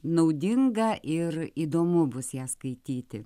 naudinga ir įdomu bus ją skaityti